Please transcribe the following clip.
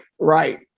right